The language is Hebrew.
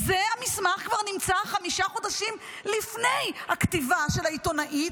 והמסמך כבר נמצא חמישה חודשים לפני הכתיבה של העיתונאית,